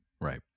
right